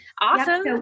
Awesome